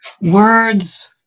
Words